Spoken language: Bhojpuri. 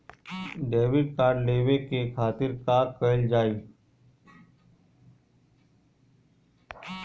डेबिट कार्ड लेवे के खातिर का कइल जाइ?